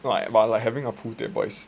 but like having a pool table